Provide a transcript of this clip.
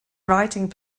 writing